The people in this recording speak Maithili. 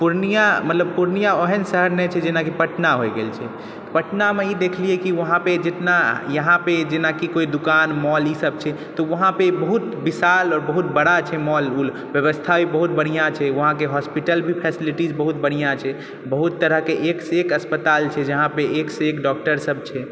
पूर्णिया मतलब पूर्णिया ओहन शहर नहि छै जेनाकि पटना होइगेल छै पटना मे ई देखलियै की वहाँपे जितना यहाँपे जेनाकि कोइ दुकान मॉल ई सब छै तऽ वहाँपे बहुत विशाल आओर बहुत बड़ा छै मॉल ऊल व्यवस्था भी बहुत बढ़िऑं छै वहाँके हॉस्पिटल भी फैसिलिटीज बहुत बढ़िऑं छै बहुत तरह के एक सँ एक अस्पताल छै वहाँपे एक सँ एक डॉक्टर सब छै